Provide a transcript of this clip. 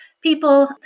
people